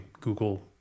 Google